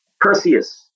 Perseus